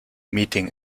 meeting